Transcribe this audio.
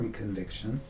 conviction